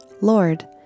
Lord